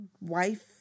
wife